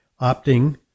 opting